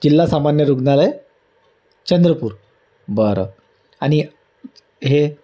जिल्हा सामान्य रुग्णालय चंद्रपूर बरं आणि हे